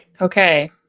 Okay